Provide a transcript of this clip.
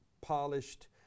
polished